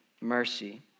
mercy